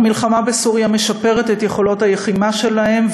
המלחמה בסוריה משפרת את יכולות הלחימה שלהם,